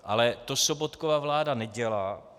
Ale to Sobotkova vláda nedělá.